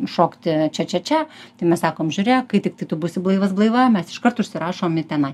šokti čia čia čia tai mes sakom žiūrėk kai tiktai tu būsi blaivas blaiva mes iškart užsirašom į tenai